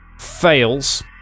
fails